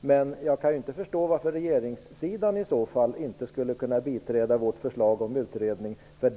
Men jag kan inte förstå varför regeringssidan i så fall inte skulle kunna biträda vårt förslag om utredning.